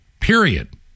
Period